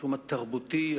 הכרסום התרבותי,